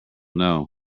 know